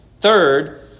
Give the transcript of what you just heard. Third